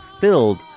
filled